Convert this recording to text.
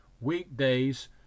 weekdays